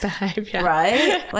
right